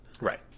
Right